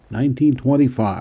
1925